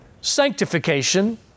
sanctification